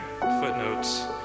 footnotes